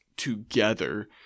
together